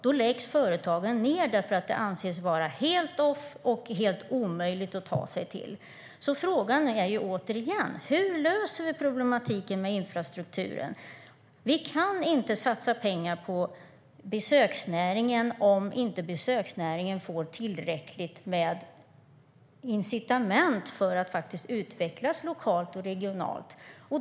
Då läggs företagen ned därför att de anses ligga helt off och för att det anses helt omöjligt att ta sig till dem. Hur löser vi problemet med infrastrukturen? Vi kan inte satsa pengar på besöksnäringen om inte besöksnäringen får tillräckligt med incitament för att faktiskt utvecklas lokalt och regionalt.